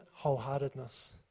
wholeheartedness